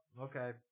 Okay